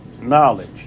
knowledge